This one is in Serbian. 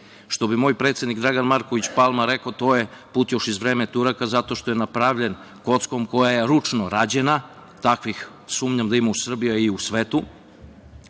Što bi moj predsednik, Dragan Marković Palma rekao, to je put još iz vremena Turaka, zato što je napravljen kockom koja je ručno rađena, takvih sumnjam da ima u Srbiji, a i u svetu.